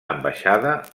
ambaixada